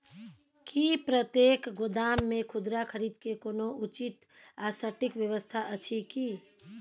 की प्रतेक गोदाम मे खुदरा खरीद के कोनो उचित आ सटिक व्यवस्था अछि की?